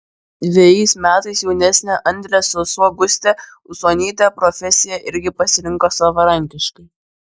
dvejais metais jaunesnė andrės sesuo gustė usonytė profesiją irgi pasirinko savarankiškai